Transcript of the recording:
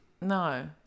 No